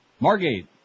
Margate